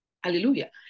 Hallelujah